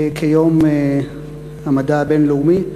כיום המדע הבין-לאומי.